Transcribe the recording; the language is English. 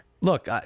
Look